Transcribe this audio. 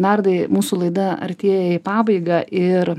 nardai mūsų laida artėja į pabaigą ir